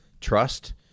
trust